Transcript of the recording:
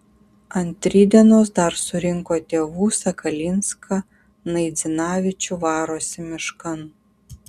ant rytdienos dar surinko tėvų sakalinską naidzinavičių varosi miškan